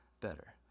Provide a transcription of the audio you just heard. better